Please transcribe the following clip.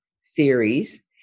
series